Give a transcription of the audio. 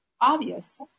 obvious